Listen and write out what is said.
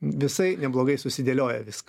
visai neblogai susidėlioję viską